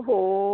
हो